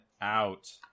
out